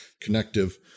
connective